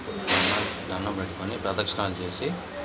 దండం పెట్టుకొని ప్రదక్షణాలు చేసి